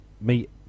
meet